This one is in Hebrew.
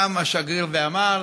קם השגריר ואמר: